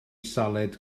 salad